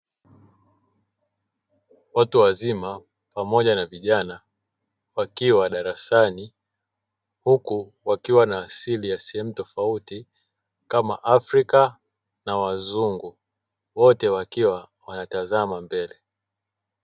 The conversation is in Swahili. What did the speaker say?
Watu wazima pamoja na vijana wakiwa darasani huku wakiwa na asili ya sehemu tofauti kama afrika na wazungu, wote wanatazama mbele.